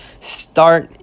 start